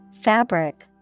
fabric